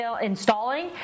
installing